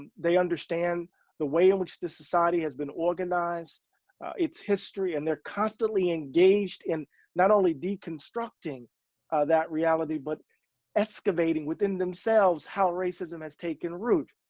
and they understand the way in which the society has been organized its history. and they're constantly engaged in not only deconstructing that reality, but excavating within themselves how racism has taken root.